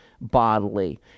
bodily